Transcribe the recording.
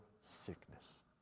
sickness